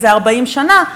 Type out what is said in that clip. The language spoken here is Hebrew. איזה 40 שנה,